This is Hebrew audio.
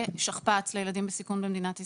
שכפ"ץ לילדים בסיכון במדינת ישראל.